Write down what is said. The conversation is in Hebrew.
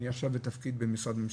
אני עכשיו בתפקיד במשרד ממשלתי,